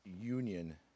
Union